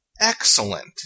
excellent